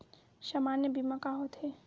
सामान्य बीमा का होथे?